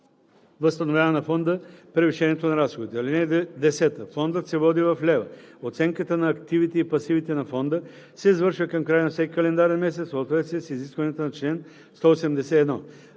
възстановява на фонда превишението на разходите. (10) Фондът се води в лева. Оценката на активите и пасивите на фонда се извършва към края на всеки календарен месец в съответствие с изискванията на чл. 181.